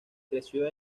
creció